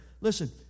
Listen